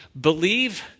believe